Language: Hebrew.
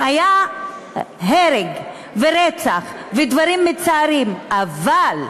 שהיה הרג ורצח ודברים מצערים, אבל,